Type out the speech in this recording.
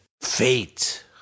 fate